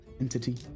entity